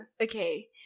okay